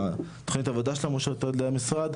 ותוכנית העבודה שלה מאושרת על ידי המשרד,